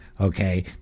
Okay